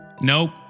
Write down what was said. Nope